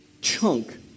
chunk